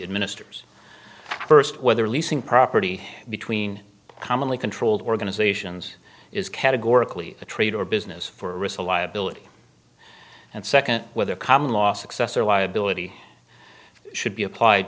administers first whether leasing property between commonly controlled organizations is categorically a trade or business for risk a liability and second whether common law success or liability should be applied